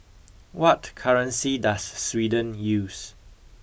what currency does Sweden use